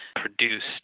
produced